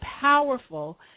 powerful